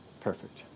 perfect